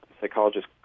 psychologist